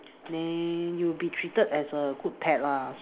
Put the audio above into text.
then you will be treated as a good pet lah